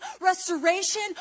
restoration